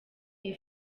iyi